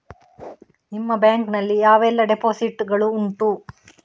ನಿಮ್ಮ ಬ್ಯಾಂಕ್ ನಲ್ಲಿ ಯಾವೆಲ್ಲ ಡೆಪೋಸಿಟ್ ಗಳು ಉಂಟು?